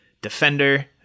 Defender